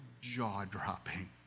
jaw-dropping